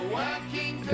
working